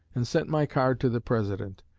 and sent my card to the president,